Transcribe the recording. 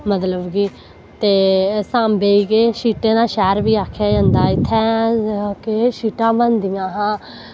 मतलव कि ते सांबे केह् शीटें दा शैह्र बी आक्खेआ जंदा इत्थें केह् शीटां बनदियां हां